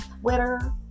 Twitter